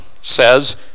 says